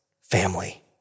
family